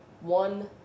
one